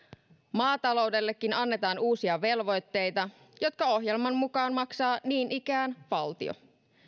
maataloudellekin annetaan uusia velvoitteita jotka ohjelman mukaan maksaa niin ikään valtio